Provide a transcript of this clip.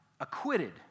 acquitted